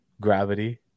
gravity